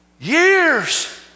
years